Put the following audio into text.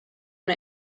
one